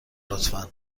لطفا